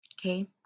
Okay